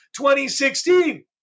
2016